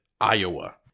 Iowa